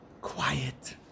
quiet